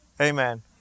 Amen